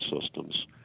systems